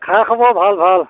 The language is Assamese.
খা খবৰ ভাল ভাল